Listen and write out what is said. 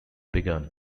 begun